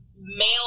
male